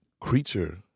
creature